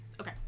Okay